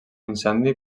incendi